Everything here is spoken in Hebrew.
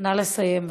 נא לסיים.